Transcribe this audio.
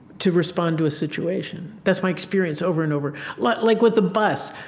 to respond to a situation. that's my experience over and over. like like with the bus,